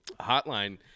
hotline